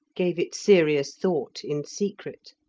gave it serious thought in secret.